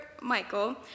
Michael